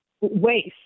waste